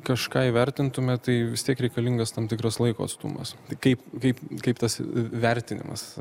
kažką įvertintume tai vis tiek reikalingas tam tikras laiko atstumas kaip kaip kaip tas v vertinimas